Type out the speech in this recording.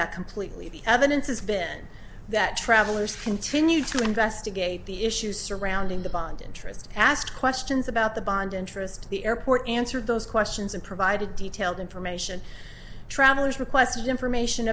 that completely the evidence has been that travelers continue to investigate the issues surrounding the bond interest asked questions about the bond interest the airport answered those questions and provided detailed information traveler's requested information